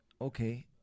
okay